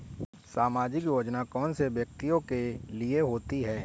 सामाजिक योजना कौन से व्यक्तियों के लिए होती है?